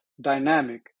dynamic